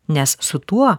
nes su tuo